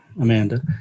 Amanda